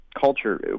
culture